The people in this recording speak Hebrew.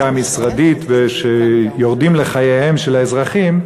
המשרדית ויורדים לחייהם של האזרחים,